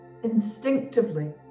instinctively